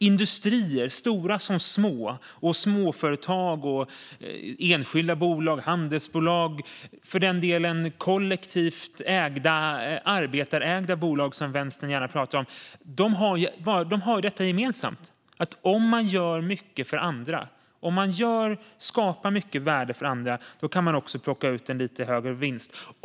Industrier, stora som små, liksom småföretag, enskilda bolag, handelsbolag, kollektivt ägda och arbetarägda bolag, som vänstern gärna pratar om, har detta gemensamt. Om man gör mycket för andra och om man skapar mycket värde för andra kan man plocka ut en lite högre vinst.